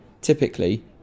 typically